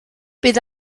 bydd